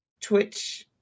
Twitch